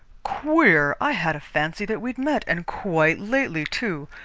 queer! i had a fancy that we'd met, and quite lately, too.